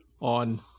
on